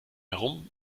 herum